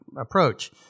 approach